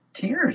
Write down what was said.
tears